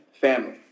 family